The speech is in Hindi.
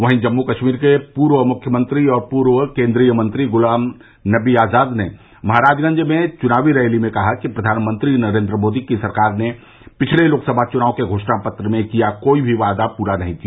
वहीं जम्मू कश्मीर के पूर्व मुख्यमंत्री और पूर्व केन्द्रीय मंत्री गुलाब नबी आजाद ने महराजगंज में चुनावी रैली में कहा कि प्रधानमंत्री नरेन्द्र मोदी की सरकार ने पिछले लोकसभा चुनाव के घोषणा पत्र में किया कोई भी वायदा पूरा नहीं किया